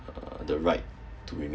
uh the right to remain